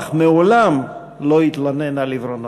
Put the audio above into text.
אך מעולם לא התלונן על עיוורונו.